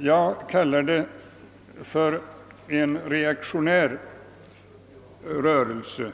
Jag kallar det en reaktionär rörelse,